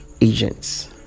agents